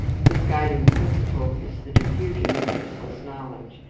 his guiding principle is the diffusion of useless knowledge,